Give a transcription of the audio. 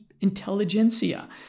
intelligentsia